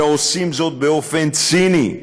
ועושים זאת באופן ציני,